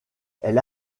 elle